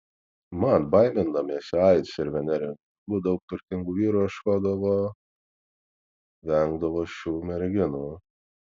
mat baimindamiesi aids ir venerinių ligų daug turtingų vyrų ieškodavo vengdavo šių merginų